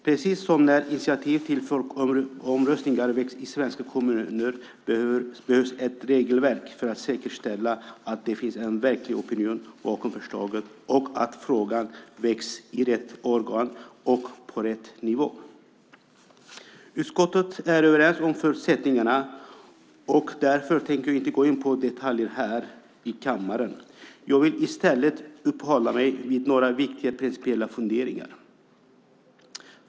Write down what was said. Precis som när initiativ till folkomröstningar tas i svenska kommuner behövs ett regelverk för att säkerställa att det finns en verklig opinion bakom förslaget och att frågan väcks i rätt organ och på rätt nivå. Utskottet är överens om förutsättningarna. Därför tänker jag inte gå in på detaljer här i kammaren. Jag vill i stället uppehålla mig vid några viktiga principiella funderingar.